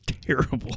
terrible